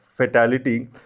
Fatality